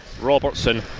Robertson